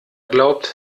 glaubt